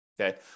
Okay